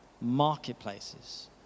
marketplaces